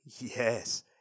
Yes